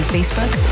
Facebook